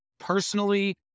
Personally